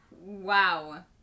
Wow